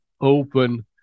open